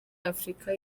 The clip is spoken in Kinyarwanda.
afurika